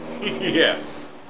Yes